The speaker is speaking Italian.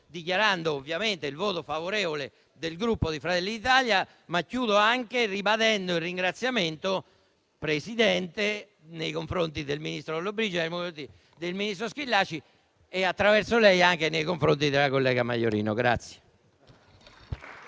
dichiarando ovviamente il voto favorevole del Gruppo Fratelli d'Italia, ma anche ribadendo il ringraziamento, Presidente, nei confronti del ministro Lollobrigida, del ministro Schillaci e - attraverso lei - anche nei confronti della collega Maiorino.